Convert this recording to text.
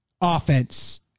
offense